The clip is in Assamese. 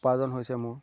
উপাৰ্জন হৈছে মোৰ